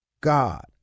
God